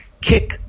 kick